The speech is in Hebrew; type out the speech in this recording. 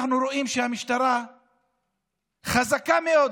אנחנו רואים שהמשטרה חזקה מאוד,